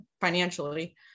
financially